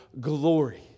glory